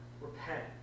repent